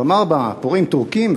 ב"מרמרה" פורעים טורקים,